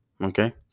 Okay